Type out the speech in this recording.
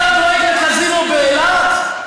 אז את דואגת לקזינו באילת?